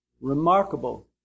remarkable